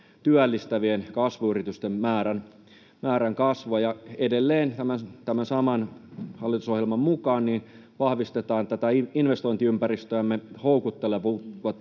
työllistävien kasvuyritysten määrän kasvua. Edelleen tämän saman hallitusohjelman mukaan vahvistetaan investointiympäristömme houkuttelevuutta